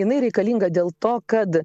jinai reikalinga dėl to kad